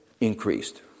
increased